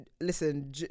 listen